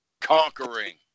Conquering